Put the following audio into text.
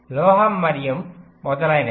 లోహం మరియు మొదలైనవి